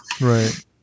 right